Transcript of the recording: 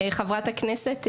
חברת הכנסת?